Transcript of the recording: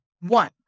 One